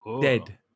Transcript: Dead